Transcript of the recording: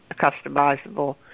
customizable